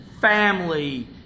family